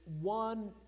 one